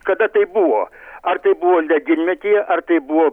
kada tai buvo ar tai buvo ledynmetyje ar tai buvo